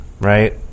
right